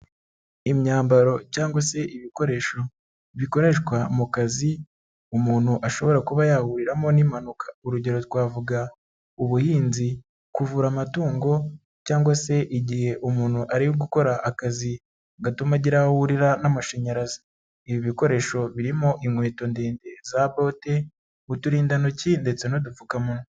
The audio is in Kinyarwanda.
Imyambaro cyangwa se ibikoresho bikoreshwa mu kazi, umuntu ashobora kuba yahuriramo n'impanuka, urugero twavuga ubuhinzi, kuvura amatungo cyangwa se igihe umuntu ari gukora akazi gatuma agira aho ahurira n'amashanyarazi. Ibi bikoresho birimo inkweto ndende za bote, uturindantoki ndetse n'udupfukamunwa.